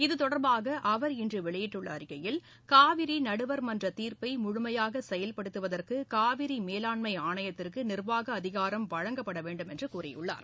இது தொடர்பாக அவர் இன்று வெளியிட்டுள்ள அறிக்கையில் காவிரி நடுவர்மன்ற தீர்ப்பை முழுமையாக செயல்படுத்துவதற்கு காவிரி மேலாண்மை ஆணையத்துக்கு நிர்வாக அதிகாரம் வழங்கப்பட வேண்டுமென்று கூறியுள்ளார்